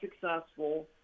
successful